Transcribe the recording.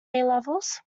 levels